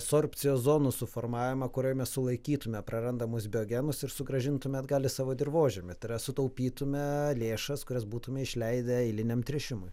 sorbcijos zonų suformavimą kurioj sulaikytume prarandamus biogenus ir sugrąžintume dalį savo dirvožemio tai yra sutaupytume lėšas kurias būtume išleidę eiliniam tręšimui